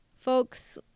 folks